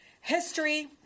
History